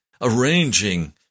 arranging